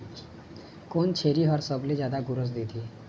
कोन छेरी हर सबले जादा गोरस देथे?